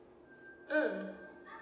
mm